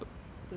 to the